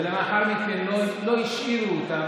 ולאחר מכן לא השאירו אותם,